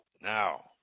Now